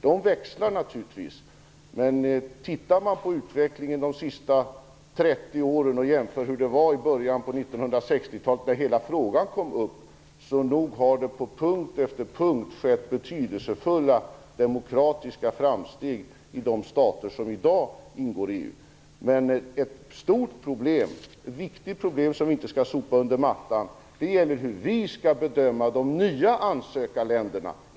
De växlar naturligtvis, men om man följer utvecklingen under de senaste 30 åren och jämför med hur det var i början av 1960-talet när hela frågan kom upp, så nog har det på punkt efter punkt skett betydelsefulla demokratiska framsteg i de stater som i dag ingår i EU. Ett stort och viktigt problem som vi inte skall sopa under mattan är hur vi skall bedöma de nya ansökarländerna.